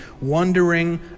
wondering